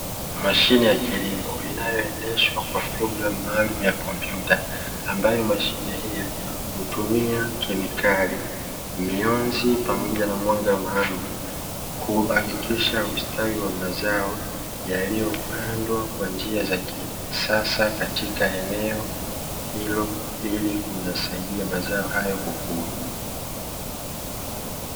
Mashine ya kilimo inayoendeshwa kwa programu maalumu ya kompyuta, ambayo mashine hiyo hutumia kemikali mionzi pamoja na mwanga maalumu, kuhakikisha ustawi wa mazao yaliyopandwa kwa njia za kisasa, katika eneo hilo ili kuyasaidia mazao hayo kukua.